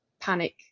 panic